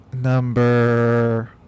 number